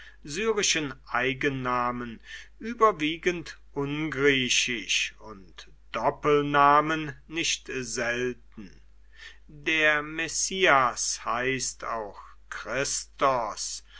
syrischen eigennamen überwiegend ungriechisch und doppelnamen nicht selten der messias heißt auch christos